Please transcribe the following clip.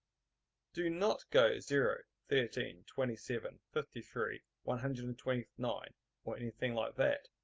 do not go zero, thirteen, twenty seven, fifty three, one hundred and twenty nine or anything like that.